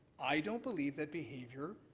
i don't believe that behavior